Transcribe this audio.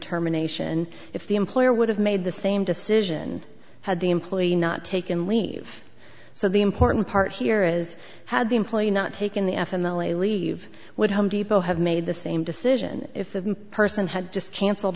terminations if the employer would have made the same decision had the employee not taken leave so the important part here is had the employee not taken the f m l a leave would home depot have made the same decision if the person had just cancelled